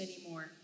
anymore